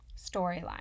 storyline